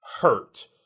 hurt